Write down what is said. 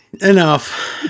Enough